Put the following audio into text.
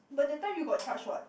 but that time you got charged what